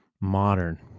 modern